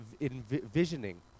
envisioning